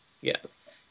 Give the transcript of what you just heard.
Yes